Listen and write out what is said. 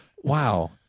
wow